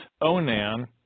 Onan